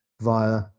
via